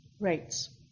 rates